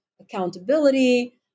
accountability